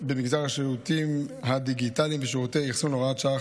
במגזר השירותים הדיגיטליים ושירותי האחסון (הוראת שעה,